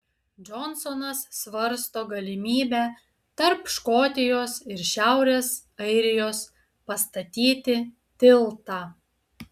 džonsonas svarsto galimybę tarp škotijos ir šiaurės airijos pastatyti tiltą